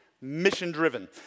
mission-driven